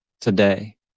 today